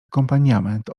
akompaniament